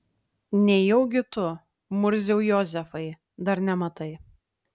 nejaugi tu murziau jozefai dar nematai